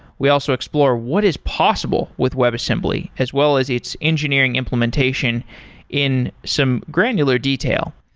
we also explore what is possible with web assembly as well as its engineering implementation in some granular detail.